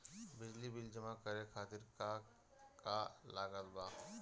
बिजली बिल जमा करे खातिर का का लागत बा?